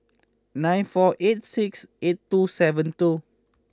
nine four eight six eight two seven two